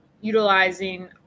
utilizing